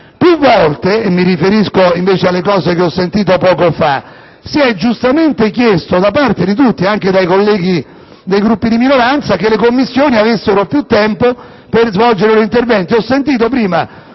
Più volte - e mi riferisco alle cose che ho sentito poco fa - si è giustamente chiesto da parte di tutti, anche dai colleghi dei Gruppi di minoranza, che le Commissioni abbiano più tempo per svolgere il proprio